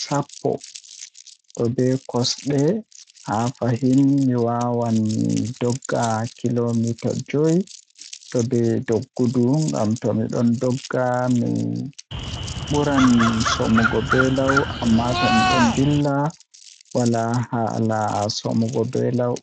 sappo tobe kosde haafahin mi wawan mi dogga kilo mita joye be doggudu ngam tomi don dogga mi buran somugo be law amma to midon dilla wala haa somugo be law.